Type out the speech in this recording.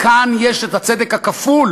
כאן יש הצדק הכפול